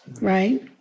right